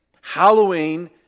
Halloween